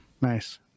Nice